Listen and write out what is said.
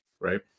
right